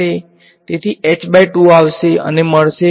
વિદ્યાર્થી h2 તેથી h2 આવશે અને મળશે